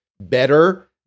better